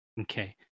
Okay